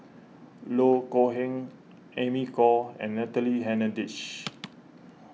Loh Kok Heng Amy Khor and Natalie Hennedige